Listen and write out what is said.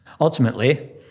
ultimately